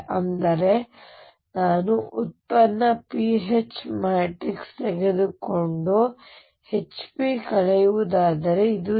ಅಂದರೆ ನಾನು ಉತ್ಪನ್ನ pH ಮ್ಯಾಟ್ರಿಕ್ಸ್ ತೆಗೆದುಕೊಂಡು HP ಕಳೆಯುವುದಾದರೆ ಇದು 0